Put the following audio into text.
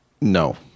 no